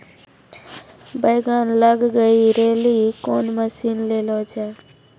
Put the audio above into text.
बैंगन लग गई रैली कौन मसीन ले लो जाए?